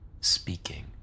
speaking